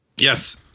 Yes